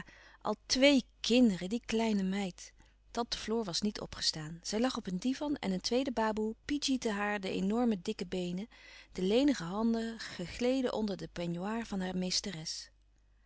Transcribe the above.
al twee kinderen die kleine meid tante floor was niet opgestaan zij lag op een divan en een tweede baboe piedjiette haar de enorme dikke beenen de lenige handen gegleden onder den peignoir van haar meesteres